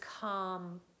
calm